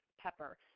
pepper